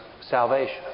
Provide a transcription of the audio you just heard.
salvation